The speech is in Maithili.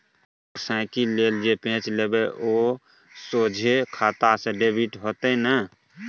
हुजुर साइकिल लेल जे पैंच लेबय ओ सोझे खाता सँ डेबिट हेतेय न